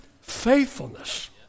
faithfulness